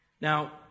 Now